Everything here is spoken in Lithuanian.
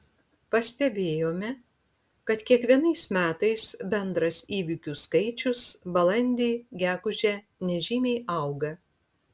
pastebėjome kad kiekvienais metais bendras įvykių skaičius balandį gegužę nežymiai auga